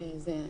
הלאה.